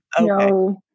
No